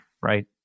right